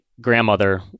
grandmother